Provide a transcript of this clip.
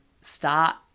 start